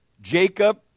Jacob